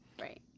Right